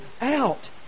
out